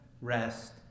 rest